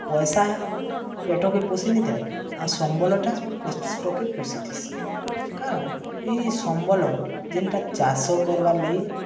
ପଇସା ପେଟକେ ପୋଷନିଥାଏ ଆଉ ସମ୍ବଳଟା ପେଟକେ ପୋଷିଥିସି କାରଣ ଇ ସମ୍ବଳ ଯେନ୍ଟା ଚାଷ କର୍ବାର୍ ଲାଗି